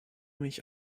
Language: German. mich